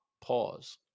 Pause